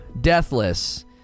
deathless